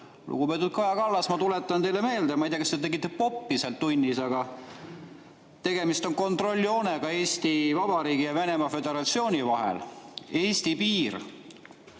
Lugupeetud Kaja Kallas! Ma tuletan teile meelde – ma ei tea, kas te tegite poppi sellest tunnist –, tegemist on kontrolljoonega Eesti Vabariigi ja Venemaa Föderatsiooni vahel. Eesti piir,